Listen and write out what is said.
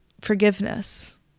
forgiveness